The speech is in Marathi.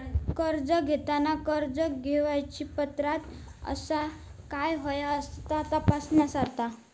कर्ज घेताना कर्ज घेवची पात्रता आसा काय ह्या कसा तपासतात?